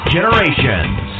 Generations